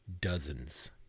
dozens